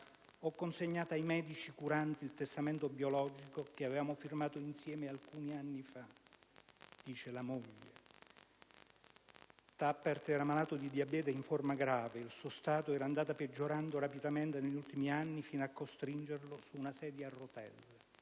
ho consegnato ai medici curanti il testamento biologico, che avevamo firmato insieme alcuni anni fa», racconta la moglie. Tappert era malato di diabete in forma grave e il suo stato era andato peggiorando rapidamente negli ultimi anni, fino a costringerlo su una sedia a rotelle.